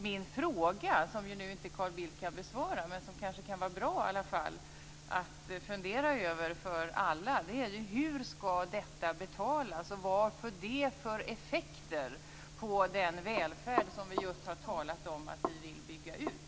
Min fråga som Carl Bildt inte kan besvara, men som kan vara bra för alla att fundera över, gäller hur detta skall betalas och vad detta får för effekter för den välfärd som vi har talat om att vi vill bygga ut.